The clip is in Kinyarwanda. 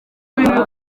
ibintu